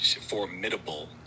formidable